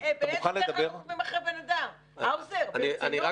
נו, באמת.